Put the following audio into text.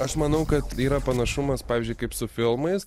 aš manau kad yra panašumas pavyzdžiui kaip su filmais